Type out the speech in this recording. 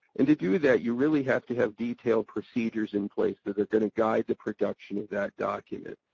and to do that you really have to have detailed procedures in place that are gonna guide the production of that document.